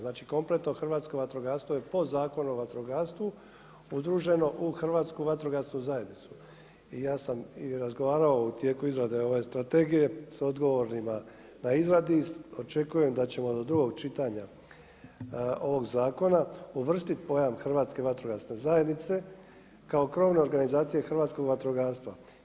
Znači, kompletno vatrogastvo je po Zakonu o vatrogastvu udruženo u Hrvatsku vatrogasnu zajednicu i ja sam i razgovarao u tijeku izrade ove strategije s odgovornima na izradi, očekujem da ćemo do drugog čitanja ovog zakona uvrstit pojam Hrvatske vatrogasne zajednice kao krovno organizacija hrvatskog vatrogastva.